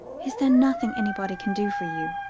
is there nothing anybody can do for you?